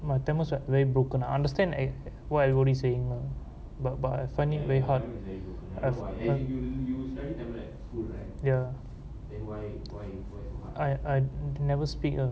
my tamil's very broken ah I understand what everybody's saying lah but but I find it very hard ya I I never speak ah